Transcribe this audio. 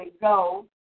go